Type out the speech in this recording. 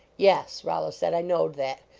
yes, rollo said, i knowed that.